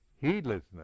Heedlessness